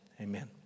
amen